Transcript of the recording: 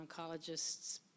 oncologists